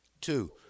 Two